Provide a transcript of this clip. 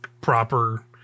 proper